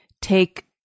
take